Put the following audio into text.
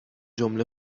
جمله